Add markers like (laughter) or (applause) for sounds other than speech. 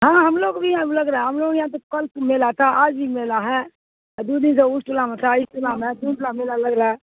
ہاں ہم لوگ بھی یہاں لگ رہا ہم لوگ یہاں تو کلف میلا تھا آج بھی میلا ہے دو دن سے (unintelligible) میلا لگ رہا ہے